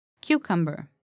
Cucumber